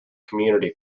community